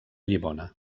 llimona